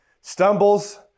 stumbles